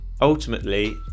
Ultimately